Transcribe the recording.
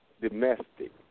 Domestic